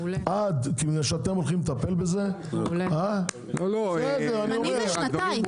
זמני זה שנתיים.